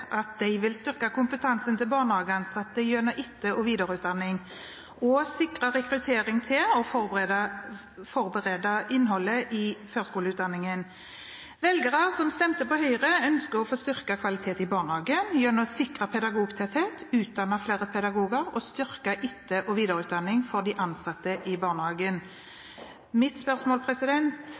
barnehageansatte gjennom etter- og videreutdanning og styrke rekrutteringen til og forbedre innholdet i førskolelærerutdanningen. Velgerne som stemte på Høyre, ønsker å få styrket kvaliteten i barnehagene gjennom å sikre pedagogtettheten, utdanne flere pedagoger og styrke etter- og videreutdanningen for de ansatte i barnehagene. Hvilke forbedringer har statsråden gjort i barnehagelærerutdanningen?» Diskusjonen om kvalitet i barnehagen